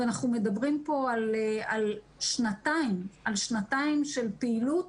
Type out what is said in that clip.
ואנחנו מדברים פה על שנתיים של פעילות